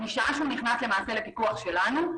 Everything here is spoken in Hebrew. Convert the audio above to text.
משעה שהוא נכנס לפיקוח שלנו,